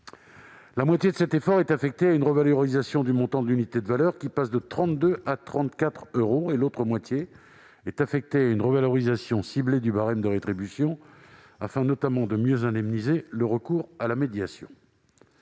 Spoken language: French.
La moitié de cet effort est affectée à une revalorisation du montant de l'unité de valeur, qui passe de 32 à 34 euros, et l'autre moitié à une revalorisation ciblée du barème de rétribution, afin, notamment, de mieux indemniser le recours à la médiation.